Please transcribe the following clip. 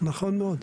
נכון מאוד.